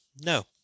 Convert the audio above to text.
no